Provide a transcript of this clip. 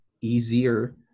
easier